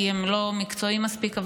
כי הם לא מקצועיים מספיק,